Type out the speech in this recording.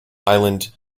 island